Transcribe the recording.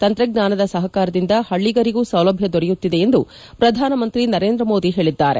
ತಂತ್ರಜ್ಞಾನದ ಸಹಕಾರದಿಂದ ಹಳ್ಳಿಗರಿಗೂ ಸೌಲಭ್ಯ ದೊರೆಯುತ್ತಿದೆ ಎಂದು ಪ್ರಧಾನಮಂತ್ರಿ ನರೇಂದ್ರ ಮೋದಿ ಹೇಳಿದ್ದಾರೆ